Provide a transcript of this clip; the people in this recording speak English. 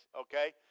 Okay